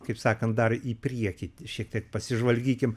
kaip sakant dar į priekį šiek tiek pasižvalgykime